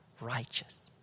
righteous